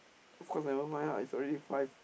of course never mind lah it's already five